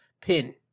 pin